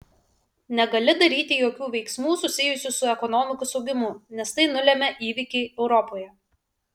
negali daryti jokių veiksmų susijusių su ekonomikos augimu nes tai nulemia įvykiai europoje